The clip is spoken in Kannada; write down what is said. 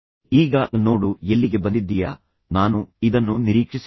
ಮತ್ತು ಈಗ ನೋಡು ಎಲ್ಲಿಗೆ ಬಂದಿದ್ದೀಯಾ ನಾನು ಇದನ್ನು ನಿರೀಕ್ಷಿಸಿರಲಿಲ್ಲ